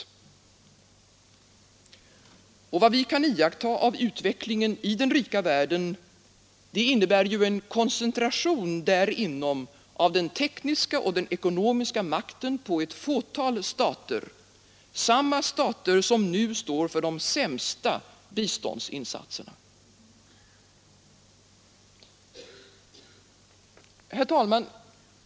Och vad vi kan iaktta av utvecklingen i den rika världen innebär en koncentration därinom av den tekniska och den ekonomiska makten på ett fåtal stater, samma stater som nu står för de sämsta biståndsinsatserna. Herr talman!